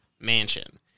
Mansion